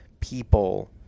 people